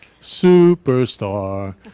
superstar